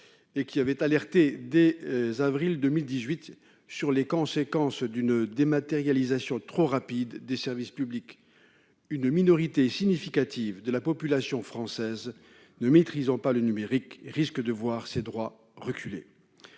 et qui avait alerté, dès avril 2018, sur les conséquences d'une dématérialisation trop rapide des services publics. Une minorité significative de la population française ne maîtrisant pas le numérique risque de voir ses droits reculer.